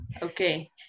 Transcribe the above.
Okay